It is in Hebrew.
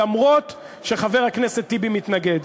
למרות שחבר הכנסת טיבי מתנגד.